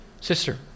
sister